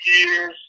years